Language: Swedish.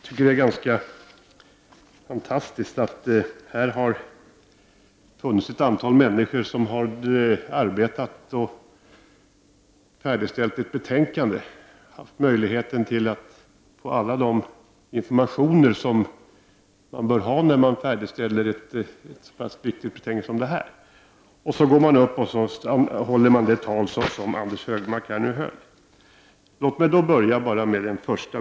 Herr talman! Här har ett antal människor i utskottet arbetat med att färdigställa ett betänkande och haft möjlighet att få alla de informationer som man bör ha när man färdigställer ett så viktigt betänkande som det här. Efter det håller en av dessa personer det tal som Anders Högmark här nu höll. Det tycker jag är nära nog fantastiskt.